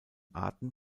arten